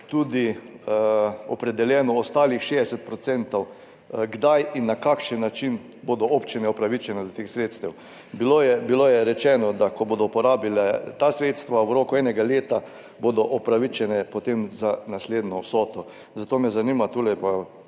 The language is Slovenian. tudi opredeljenih ostalih 60 %, kdaj in na kakšen način bodo občine upravičene do teh sredstev. Rečeno je bilo, da ko bodo porabile ta sredstva v roku enega leta, bodo upravičene potem za naslednjo vsoto. Zato me zanima, tu pa